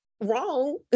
wrong